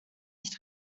nicht